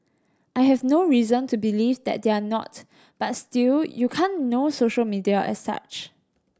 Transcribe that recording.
I have no reason to believe that they are not but still you can't know social media as such